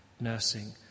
nursing